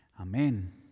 Amen